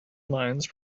lines